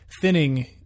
thinning